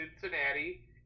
Cincinnati